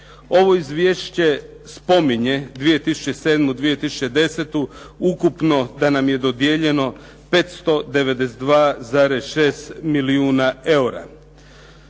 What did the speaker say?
Ovo izvješće spominje 2007., 2010. Ukupno da nam je dodijeljeno 592,6 milijuna eura.